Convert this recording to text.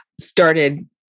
started